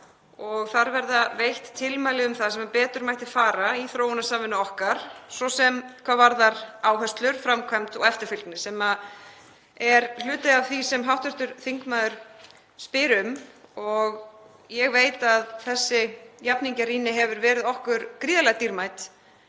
og þar verða veitt tilmæli um það sem betur mætti fara í þróunarsamvinnu okkar, svo sem hvað varðar áherslur, framkvæmd og eftirfylgni, sem er hluti af því sem hv. þingmaður spyr um. Ég veit að þessi jafningjarýni hefur verið okkur gríðarlega dýrmæt,